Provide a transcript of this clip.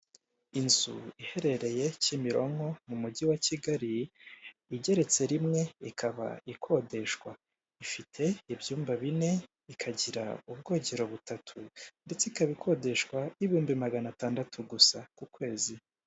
Inzu iherereye kimironko mumugi wa kigali igeretse rimwe ikaba ikodeshwa ifite ibyumba bine ikagira ubwogero butatu ndetse ikaba ikodeshwa ibihumbi magana atandatu gusa kukwezi.